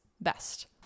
best